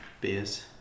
beers